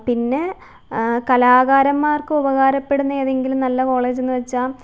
പിന്നെ കലാകാരന്മാർക്ക് ഉപകാരപ്പെടുന്ന ഏതെങ്കിലും നല്ല കോളേജെന്നു വെച്ചാല്